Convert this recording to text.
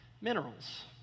minerals